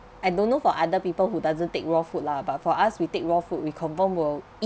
I don't know for other people who doesn't take raw food lah but for us we take raw food we confirm will eat